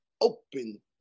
open